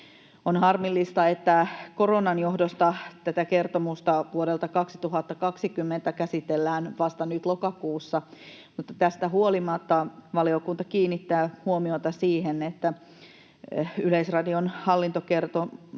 On harmillista, että koronan johdosta tätä kertomusta vuodelta 2020 käsitellään vasta nyt lokakuussa, mutta tästä huolimatta valiokunta kiinnittää huomiota siihen, että Yleisradion hallintoneuvoston